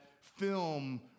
film